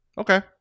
Okay